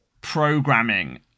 programming